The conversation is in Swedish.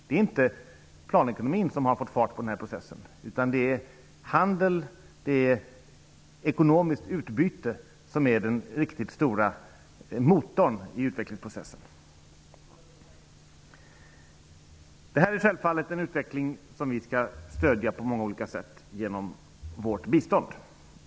Det är inte planekonomin som har fått fart på den här processen, utan det är handel och ekonomiskt utbyte som är den riktigt stora motorn i utvecklingsprocessen. Detta är en utveckling som vi på många olika sätt självfallet skall stödja genom vårt bistånd.